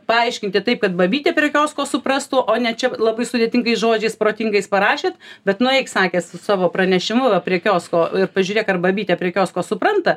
paaiškinti taip kad babytė prie kiosko suprastų o ne čia labai sudėtingais žodžiais protingais parašėt bet nueik sakė su savo pranešimu va prie kiosko ir pažiūrėk ar babytė prie kiosko supranta